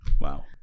Wow